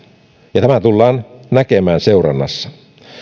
ja tämä tullaan näkemään seurannassa